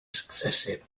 successive